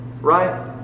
right